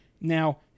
Now